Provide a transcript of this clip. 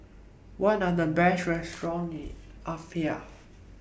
What Are The Best restaurants in Apia